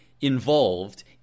involved